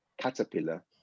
caterpillar